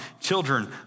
children